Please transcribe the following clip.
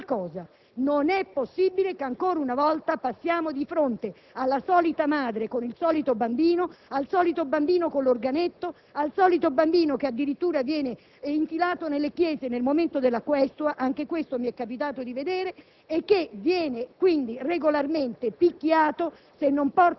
Facciamo qualcosa. Non è possibile che ancora una volta passiamo di fronte alla solita madre con il solito bambino, al solito bambino con l'organetto, al solito bambino che addirittura viene infilato nelle chiese al momento della questua (anche questo mi è capitato di vedere) e che viene regolarmente picchiato